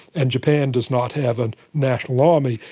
and japan does not have a national army,